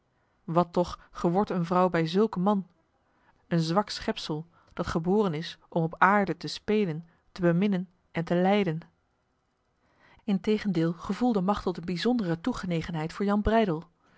wat toch gewordt een vrouw bij zulke man een zwak schepsel dat geboren is om op aarde te spelen te beminnen en te lijden integendeel gevoelde machteld een bijzondere toegenegenheid voor jan breydel